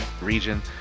region